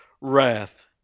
wrath